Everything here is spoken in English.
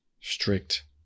strict